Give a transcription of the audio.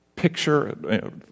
Picture